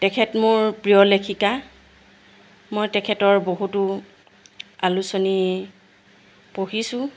তেখেত মোৰ প্ৰিয় লেখিকা মই তেখেতৰ বহুতো আলোচনী পঢ়িছোঁ